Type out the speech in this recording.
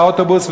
באוטובוס,